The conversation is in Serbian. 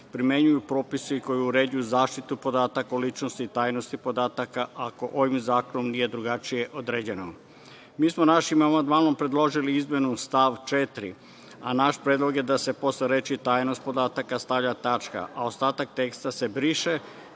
primenjuju propisi koji uređuju zaštitu podataka o ličnosti, tajnosti podataka, ako ovim zakonom nije drugačije određeno. Mi smo našim amandmanom predložili izmenu stava 4, a naš predlog je da se posle teči „tajnost podataka“ stavlja tačka, a ostatak teksta se